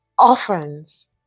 orphans